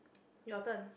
your turn